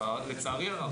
לצערי הרב.